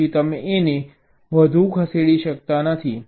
તેથી તમે A ને વધુ ખસેડી શકતા નથી